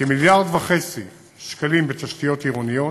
כ-1.5 מיליארד שקלים בתשתיות עירוניות,